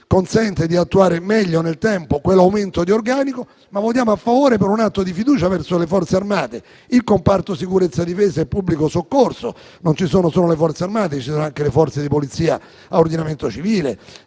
consente di attuare meglio nel tempo un aumento di organico. Ma votiamo a favore anche per un atto di fiducia verso le Forze armate e il comparto sicurezza, difesa e pubblico soccorso, visto che non ci sono solo le Forze armate, ma ci sono anche le Forze di polizia a ordinamento civile,